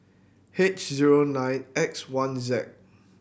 H zero nine X one Z